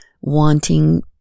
wanting